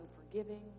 unforgiving